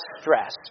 stress